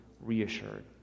reassured